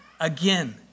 again